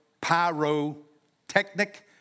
pyrotechnic